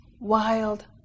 wild